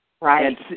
Right